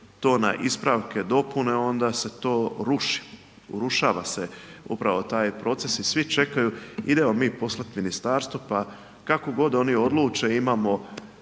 to na ispravke, dopune, onda se to ruši. Urušava se upravo taj proces i svi čekaju, idemo mi poslati ministarstvu pa kako god oni odluče imamo